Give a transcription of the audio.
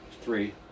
three